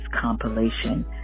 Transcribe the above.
compilation